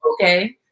Okay